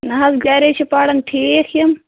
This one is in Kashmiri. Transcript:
نہَ حظ گَرِے چھِ پرَن ٹھیٖک یِم